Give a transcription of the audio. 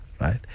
Right